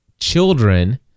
children